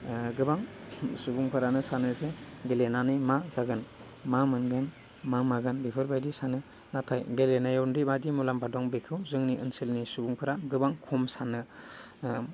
गोबां सुबुंफोरानो सानो जे गेलेनानै मा जागोन मा मोनगोन मा मागोन बेफोर बायदि सानो नाथाय गेलेनायावदि माबायदि मुलाम्फा दं बेखौ जोंनि ओनसोलनि सुबुंफोरा गोबां खम सानो